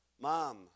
mom